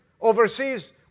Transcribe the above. overseas